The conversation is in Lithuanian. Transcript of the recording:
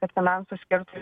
kad finansus skirtų